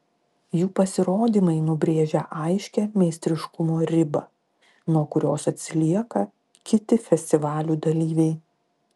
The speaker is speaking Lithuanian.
jų pasirodymai nubrėžia aiškią meistriškumo ribą nuo kurios atsilieka kiti festivalių dalyviai